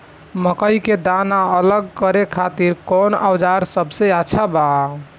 मकई के दाना अलग करे खातिर कौन औज़ार सबसे अच्छा बा?